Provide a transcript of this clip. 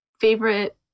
favorite